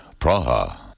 Praha